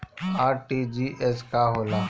RTGS का होला?